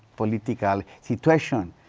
political situation,